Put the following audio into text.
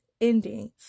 endings